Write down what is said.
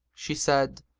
she said,